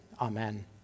Amen